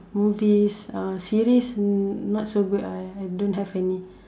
movies uh series no~ not so good ah I I don't have any